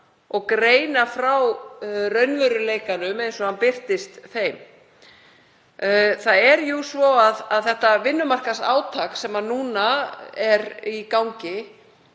og greina frá raunveruleikanum eins og hann birtist þeim. Það er jú svo að það vinnumarkaðsátak sem núna er í gangi,